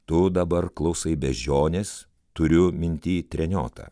tu dabar klausai beždžionės turiu minty treniotą